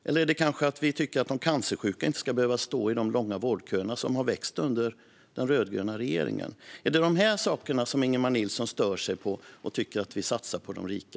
Eller är det kanske att vi tycker att de cancersjuka inte ska behöva stå i de långa vårdköerna som har vuxit under den rödgröna regeringen? Är det de här sakerna som Ingemar Nilsson stör sig på när han tycker att vi satsar på de rika?